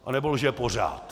Anebo lže pořád.